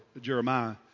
Jeremiah